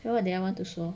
what did I want to 说